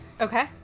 Okay